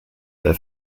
their